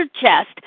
chest